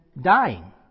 dying